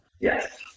Yes